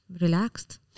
relaxed